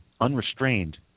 Unrestrained